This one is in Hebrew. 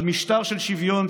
על משטר של שוויון,